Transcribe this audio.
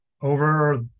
Over